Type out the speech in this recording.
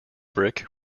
brick